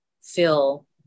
feel